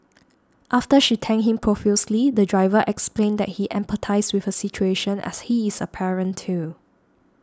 after she thanked him profusely the driver explained that he empathised with her situation as he is a parent too